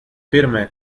firme